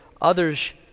others